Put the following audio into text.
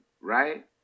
right